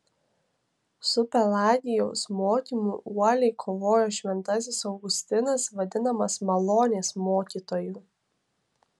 su pelagijaus mokymu uoliai kovojo šventasis augustinas vadinamas malonės mokytoju